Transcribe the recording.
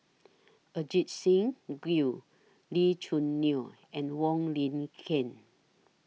Ajit Singh Gill Lee Choo Neo and Wong Lin Ken